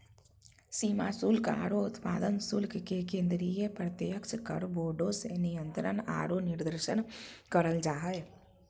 सीमा शुल्क आरो उत्पाद शुल्क के केंद्रीय प्रत्यक्ष कर बोर्ड से नियंत्रण आरो निर्देशन करल जा हय